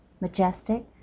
majestic